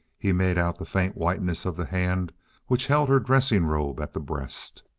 he made out the faint whiteness of the hand which held her dressing robe at the breast.